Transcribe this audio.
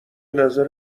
نظر